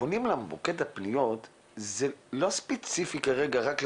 וכשפונים למוקד הפניות זה לא ספציפי כרגע רק לזכאות,